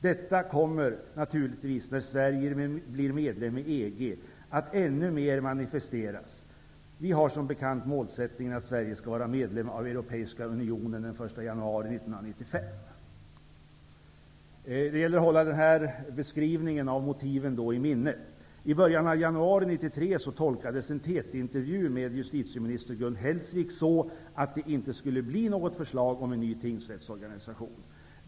Detta kommer naturligtvis, när Sverige blir medlem i EG, att ännu mer manifesteras. Vi har som bekant målsättningen att Sverige skall vara medlem i Europeiska unionen den 1 januari 1995.'' Det gäller att hålla denna beskrivning av motiven i minnet. I början av januari 1993 tolkades en TT intervju med justitiminister Gun Hellsvik så att det inte skulle bli något förslag om en ny tingsrättsorganisation.